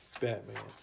Batman